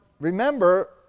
remember